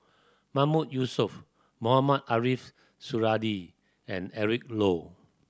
Mahmood Yusof Mohamed Ariff Suradi and Eric Low